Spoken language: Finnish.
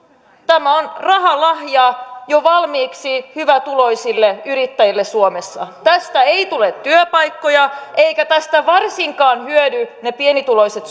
tämä on rahalahja jo valmiiksi hyvätuloisille yrittäjille suomessa tästä ei tule työpaikkoja eivätkä tästä varsinkaan hyödy ne pienituloiset